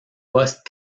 poste